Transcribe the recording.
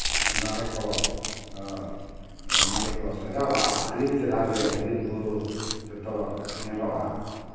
ᱫᱟᱨᱮ ᱠᱚ ᱱᱟᱹᱲᱤ ᱠᱚ ᱥᱟᱡᱟᱜᱼᱟ ᱟᱹᱰᱤ ᱪᱮᱦᱨᱟᱜᱮ ᱵᱤᱨᱼᱵᱩᱨᱩ ᱡᱚᱛᱚ ᱧᱮᱞᱚᱜᱼᱟ